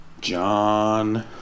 John